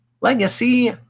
Legacy